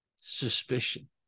Suspicion